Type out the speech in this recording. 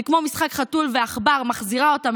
זה כמו משחק חתול ועכבר: היא מחזירה אותם,